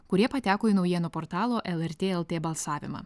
kurie pateko į naujienų portalo lrt lt balsavimą